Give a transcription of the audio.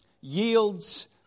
yields